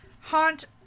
haunt